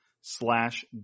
slash